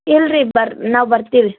ಇಲ್ರಿ ಬರ್ ನಾವು ಬರ್ತೀವಿ ರೀ